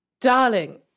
Darling